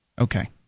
Okay